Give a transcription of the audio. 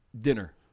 dinner